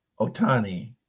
Otani